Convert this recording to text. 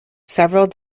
several